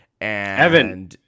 Evan